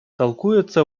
толкуются